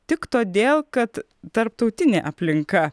tik todėl kad tarptautinė aplinka